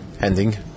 ending